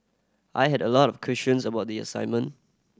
I had a lot of questions about the assignment